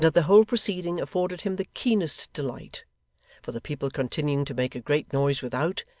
and that the whole proceeding afforded him the keenest delight for the people continuing to make a great noise without,